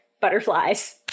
butterflies